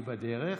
היא בדרך.